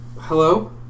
hello